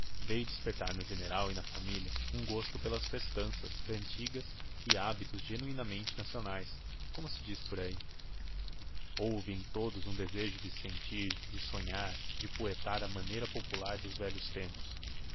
veio despertar no general e na família um gosto pelas festanças cantigas e hábitos genuinamente nacionais como se diz por aí houve em todos um desejo de sentir de sonhar de poetar à maneira popular dos velhos tempos